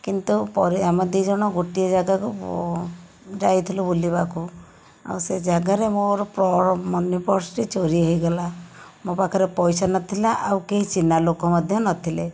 କିନ୍ତୁ ପରେ ଆମେ ଦି ଜଣ ଗୋଟିଏ ଜାଗାକୁ ଯାଇଥିଲୁ ବୁଲିବାକୁ ଆଉ ସେ ଜାଗାରେ ମୋର ମନି ପର୍ସଟି ଚୋରି ହୋଇଗଲା ମୋ ପାଖରେ ପଇସା ନଥିଲା ଆଉ କେହି ଚିହ୍ନା ଲୋକ ମଧ୍ୟ ନଥିଲେ